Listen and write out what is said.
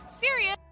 serious